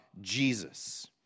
Jesus